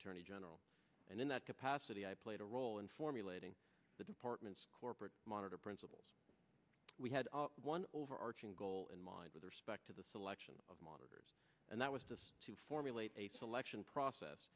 attorney general and in that capacity i played a role in formulating the department's corporate monitor principles we had one overarching goal in mind with respect to the selection of moderators and that was to formulate a selection process